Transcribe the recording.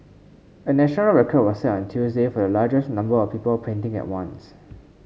a national record was set on Tuesday for the largest number of people painting at once